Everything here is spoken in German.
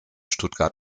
stuttgart